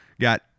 Got